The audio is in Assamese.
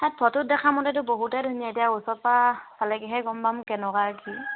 তাত ফটোত দেখা মতেতো বহুতে ধুনীয়া এতিয়া ওচৰৰ পৰা চালেগৈহে গম পাম কেনেকুৱা কি